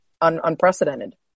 unprecedented